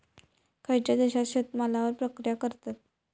खयच्या देशात शेतमालावर प्रक्रिया करतत?